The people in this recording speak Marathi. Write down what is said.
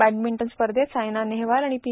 बॅडमिंटन स्पर्धेत सायना नेहवाल आणि पी